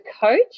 coach